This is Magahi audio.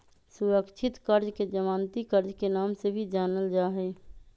सुरक्षित कर्ज के जमानती कर्ज के नाम से भी जानल जाहई